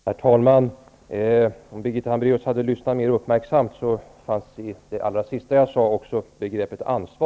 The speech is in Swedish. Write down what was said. Herr talman! Om Birgitta Hambraeus hade lyssnat mer uppmärksamt, hade hon i det allra sista jag sade hört att jag talade om ''ansvar''.